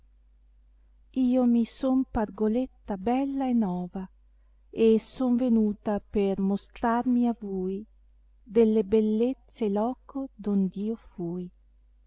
o mi sod pargoletta bella e nova e son venuta per mostrarmi a vni delle bellezze e loco dond io fui